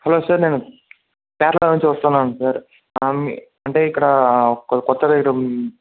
hello sir నేను కేరళ నుంచి వస్తున్నాను సార్ మీ అంటే ఇక్కడ కొ కొత్తది ఎదో